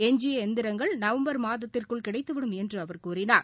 எஞ்சியஎந்திரங்கள் November மாதத்திற்குள் கிடைத்துவிடும் என்றுஅவர் கூறினார்